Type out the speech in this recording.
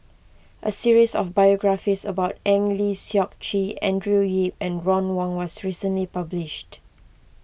a series of biographies about Eng Lee Seok Chee Andrew Yip and Ron Wong was recently published